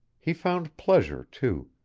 he found pleasure, too,